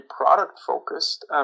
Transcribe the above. product-focused